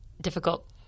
difficult